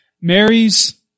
Mary's